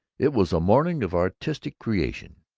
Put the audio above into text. it was a morning of artistic creation.